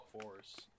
force